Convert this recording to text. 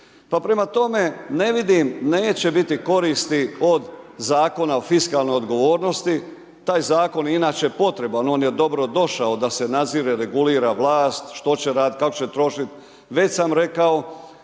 prema tome, ne vidim, neće biti koristi od Zakona o fiskalnoj odgovornosti, taj Zakon je inače potreban, on je dobro došao da se nadzire, regulira vlast, što će raditi, kako će trošiti.